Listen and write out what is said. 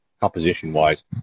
composition-wise